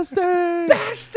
Bastards